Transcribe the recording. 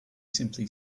simply